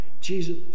Jesus